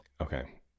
okay